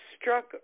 struck